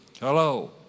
Hello